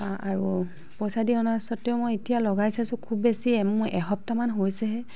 আৰু পইচা দি অনা স্বত্বেও মই এতিয়া লগাই চাইছো খুব বেছি মোৰ এসপ্তাহমান হৈছেহে